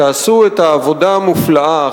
שעשו את העבודה המופלאה,